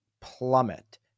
plummet